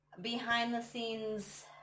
behind-the-scenes